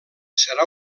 serà